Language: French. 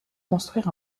construire